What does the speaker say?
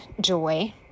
joy